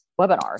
webinars